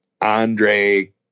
Andre